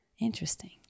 Interesting